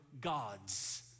gods